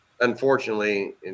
unfortunately